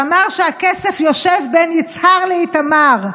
שאמר שהכסף יושב בין יצהר לאיתמר.